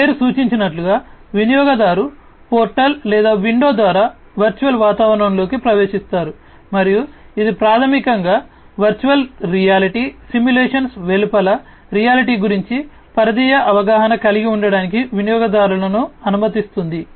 ఈ పేరు సూచించినట్లుగా వినియోగదారు పోర్టల్ లేదా విండో ద్వారా వర్చువల్ వాతావరణంలోకి ప్రవేశిస్తారు మరియు ఇది ప్రాథమికంగా వర్చువల్ రియాలిటీ సిమ్యులేషన్స్ వెలుపల రియాలిటీ గురించి పరిధీయ అవగాహన కలిగి ఉండటానికి వినియోగదారులను అనుమతిస్తుంది